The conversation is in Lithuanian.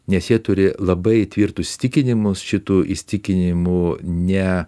nes jie turi labai tvirtus įsitikinimus šitų įsitikinimų ne